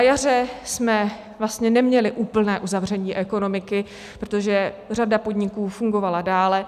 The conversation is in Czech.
Na jaře jsme vlastně neměli úplné uzavření ekonomiky, protože řada podniků fungovala dál.